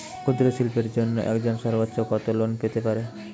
ক্ষুদ্রশিল্পের জন্য একজন সর্বোচ্চ কত লোন পেতে পারে?